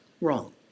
wrong